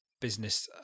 business